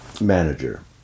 manager